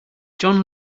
john